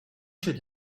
should